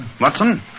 Watson